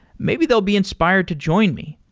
maybe they'll be inspired to join me,